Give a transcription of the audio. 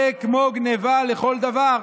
זה כמו גנבה לכל דבר.